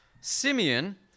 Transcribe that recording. Simeon